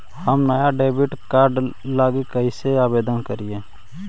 हम नया debit card लागी कईसे आवेदन करी?